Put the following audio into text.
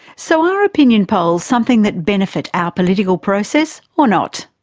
so are opinion polls something that benefit our political process or not?